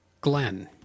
Glenn